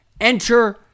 Enter